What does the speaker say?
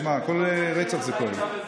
שמע, כל רצח זה כואב.